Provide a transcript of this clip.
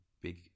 big